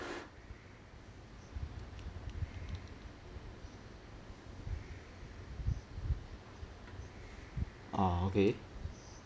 ah okay